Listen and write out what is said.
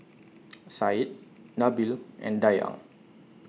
Syed Nabil and Dayang